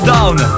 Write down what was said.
Down